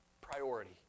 priority